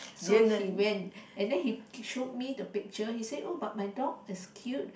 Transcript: so he went and then he showed me the picture he said that but my dog is cute